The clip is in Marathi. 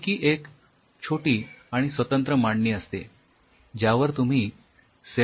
जी की एक छोटी आणि स्वतंत्र मांडणी असते ज्यावर तुम्ही सेल्स ची वाढ घडवून आणू शकता